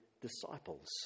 disciples